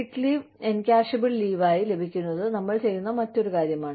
സിക്ക് leave encashable ലീവായി ലഭിക്കുന്നത് നമ്മൾ ചെയ്യുന്ന മറ്റൊരു കാര്യമാണ്